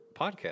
podcast